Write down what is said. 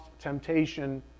temptation